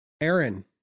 Aaron